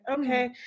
okay